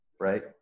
right